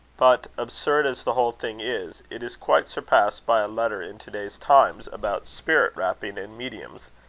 but absurd as the whole thing is, it is quite surpassed by a letter in to-day's times about spirit-rapping and mediums,